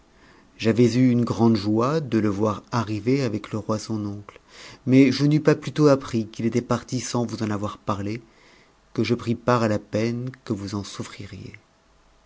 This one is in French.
j'avais eu une grand joie de le voir arriver avec le roi son oncle mais je n'eus pas pint appris qu'il était parti sans vous en avoir parlé que je pris part à la peu que vous en souffririez